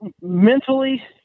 mentally